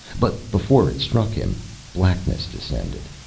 but before it struck him blackness descended.